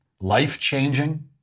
life-changing